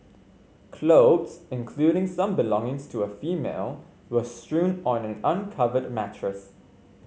clothes including some belongings to a female were strewn on an uncovered mattress